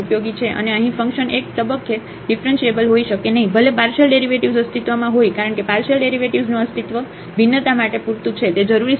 અને અહીં ફંક્શન એક તબક્કે ડીફરન્શીએબલ હોઈ શકે નહીં ભલે પાર્શિયલ ડેરિવેટિવ્ઝ અસ્તિત્વમાં હોય કારણ કે પાર્શિયલ ડેરિવેટિવ્ઝનું અસ્તિત્વ ભિન્નતા માટે પૂરતું છે તે જરૂરી સ્થિતિ નથી